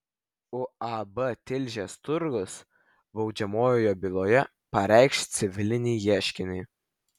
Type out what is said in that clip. uab tilžės turgus baudžiamojoje byloje pareikš civilinį ieškinį